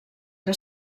que